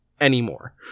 anymore